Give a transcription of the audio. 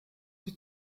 die